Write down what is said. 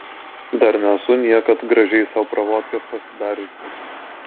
dar nesu niekad gražiai sau pravodkės pasidariusi